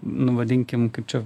nu vadinkim kaip čia